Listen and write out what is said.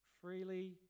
freely